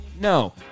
no